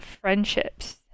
friendships